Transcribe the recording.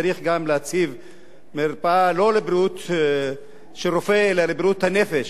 צריך גם להציב מרפאה לא לבריאות על-ידי רופא אלא לבריאות הנפש.